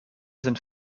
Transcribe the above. sind